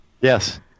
Yes